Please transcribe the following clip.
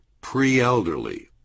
pre-elderly